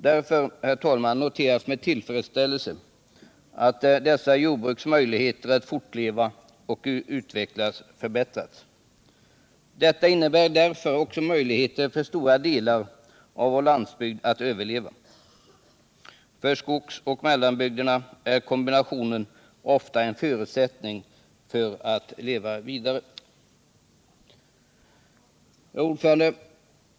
Därmed, herr talman, noteras nu med tillfredsställelse att dessa jordbruks möjligheter att fortleva och utvecklas förbättras. Detta innebär därför också möjligheter för stora delar av vår landsbygd att överleva. För skogsoch mellanbygderna är kombinationen ofta en förutsättning för att leva vidare. Herr talman!